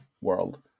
world